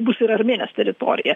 bus ir armėnijos teritorija